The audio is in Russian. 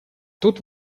тут